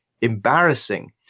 embarrassing